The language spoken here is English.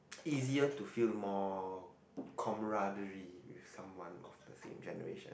easier to feel more comradery with someone of the same generation